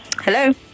Hello